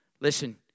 Listen